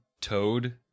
toad